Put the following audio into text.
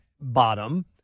bottom